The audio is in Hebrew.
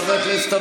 חבר הכנסת הורוביץ,